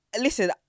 listen